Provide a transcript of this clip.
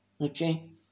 Okay